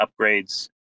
upgrades